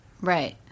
Right